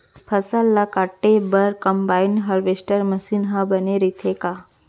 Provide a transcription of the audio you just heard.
फसल ल काटे बर का कंबाइन हारवेस्टर मशीन ह बने रइथे का?